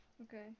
Okay